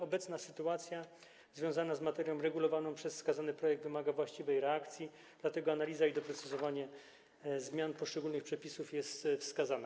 Obecna sytuacja związana z materią regulowaną przez wskazany projekt wymaga właściwej reakcji, dlatego analiza i doprecyzowanie zmian poszczególnych przepisów są wskazane.